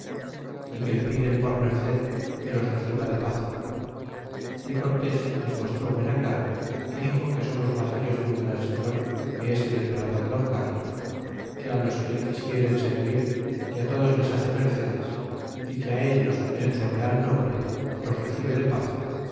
y que le piden por merced que los reciba de paz y cortés les mostró buena cara y dixo que somos vasallos de un gran señor que es el emperador don carlos que a los que le quisie servir que todos les hace mercedes y que ren ellos en su real nombre los recibe de paz